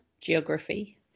geography